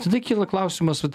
tada kyla klausimas vat